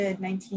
COVID-19